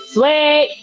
sweet